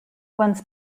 once